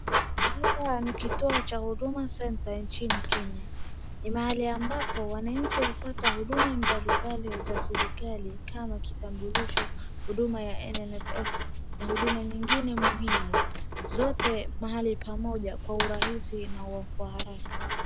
Hapa ni kituo cha Huduma center nchini Kenya. Ni mahali ambapo wananchi hupata huduma mbalimbali za serikali. kama kitambulisho, huduma NSSF na huduma nyingine muhimu zote mahali pamoja kwa urahisi na kwa haraka.